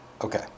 Okay